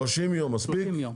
30 ימים מספיקים?